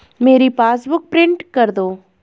मेरी passbook print कर दो